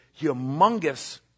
humongous